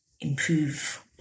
improve